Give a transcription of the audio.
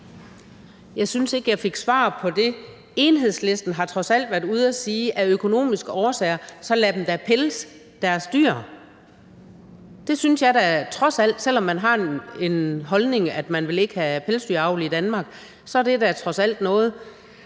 Jeg synes ikke, jeg fik svar på det. Enhedslisten har trods alt været ude og sige, at man af økonomiske årsager da skulle lade dem pelse deres dyr. Det synes jeg da trods alt er noget, selv om man har den holdning, at man ikke vil have pelsdyravl i Danmark. Så vil jeg sige,